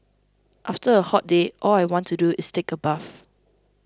after a hot day all I want to do is take a bath